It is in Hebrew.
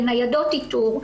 לניידות איתור.